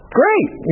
great